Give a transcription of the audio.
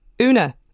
Una